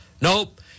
Nope